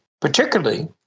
particularly